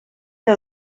que